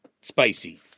spicy